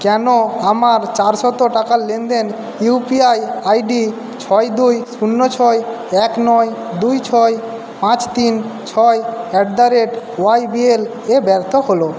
কেন আমার চারশত টাকার লেনদেন ইউপিআই আইডি ছয় দুই শূন্য ছয় এক নয় দুই ছয় পাঁচ তিন ছয় অ্যাট দা রেট ওয়াইবিএল এ ব্যর্থ হল